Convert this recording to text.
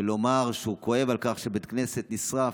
אבל לומר שהוא כואב שבית כנסת נשרף,